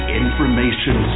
information